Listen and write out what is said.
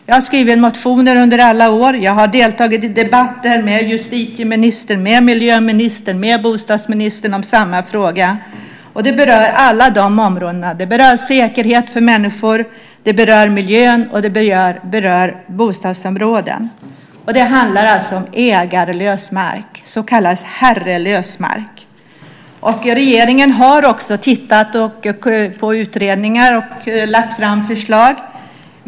Jag har skrivit motioner under alla år och deltagit i debatter med justitieministern, miljöministern och bostadsministern i denna fråga. Det berör alla deras områden - säkerhet för människor, miljön och bostadsområden. Det handlar alltså om ägarlös mark, så kallad herrelös mark. Regeringen har tittat på utredningar och lagt fram ett förslag.